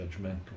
judgmental